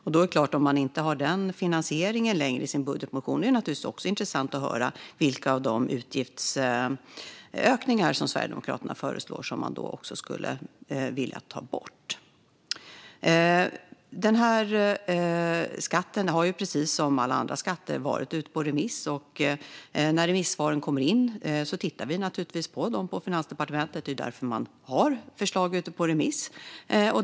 Om man inte längre har den finansieringen i sin budgetmotion ska det också bli intressant att höra vilka av de utgiftsökningar som Sverigedemokraterna föreslår som man skulle vilja ta bort. Den här skatten har, precis som alla andra skatter, varit ute på remiss. När remissvaren kommer in tittar vi naturligtvis på dem på Finansdepartementet. Det är därför man har förslag ute på remiss.